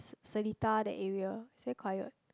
Seletar that area it's very quiet